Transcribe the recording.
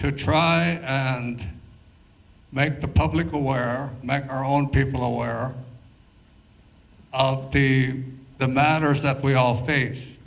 to try and make the public aware our own people aware of the the matters up we all face